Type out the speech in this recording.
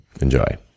enjoy